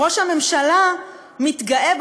ראש הממשלה מתגאה,